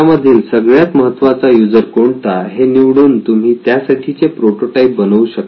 या मधील सगळ्यात महत्त्वाचा युजर कोणता हे निवडून तुम्ही त्यासाठीचे प्रोटोटाईप बनवू शकता